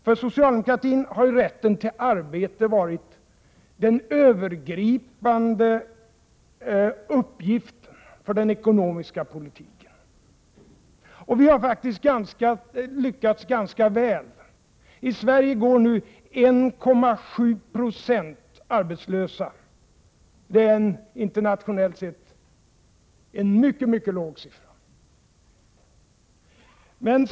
För socialdemokratin har rätten till arbete varit den övergripande uppgiften i den ekonomiska politiken. Vi har faktiskt lyckats ganska väl. I Sverige går nu 1,7 70 arbetslösa. Det är en internationellt sett mycket låg siffra.